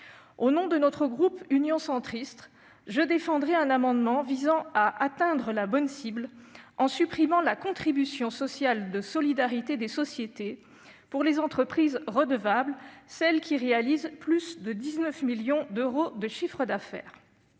Au nom du groupe Union Centriste, je défendrai un amendement visant à atteindre la bonne cible en supprimant la contribution sociale de solidarité des sociétés (C3S) dont sont redevables les entreprises qui réalisent plus de 19 millions d'euros de chiffre d'affaires.